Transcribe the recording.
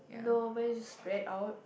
no mine is spread out